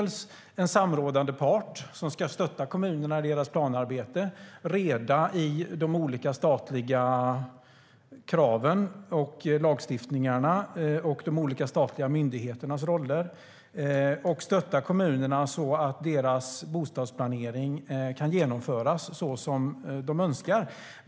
Länsstyrelserna ska stötta kommunerna i deras planarbete, hålla reda på de olika statliga kraven och lagstiftningarna och de olika statliga myndigheternas roller och stötta kommunerna så att deras bostadsplanering kan genomföras som de önskar.